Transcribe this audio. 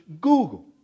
Google